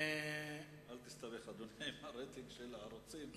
אל תסתבך, אדוני, עם הרייטינג של הערוצים.